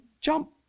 jump